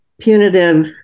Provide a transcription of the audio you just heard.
Punitive